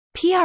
PR